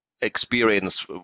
experience